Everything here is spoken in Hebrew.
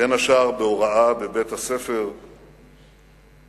בין השאר בהוראה בבית-הספר בקריית-שמונה,